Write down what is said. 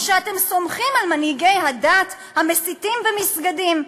או שאתם סומכים על מנהיגי הדת המסיתים במסגדים,